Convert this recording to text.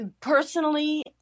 personally